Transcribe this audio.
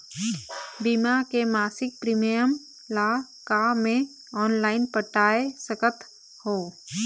बीमा के मासिक प्रीमियम ला का मैं ऑनलाइन पटाए सकत हो?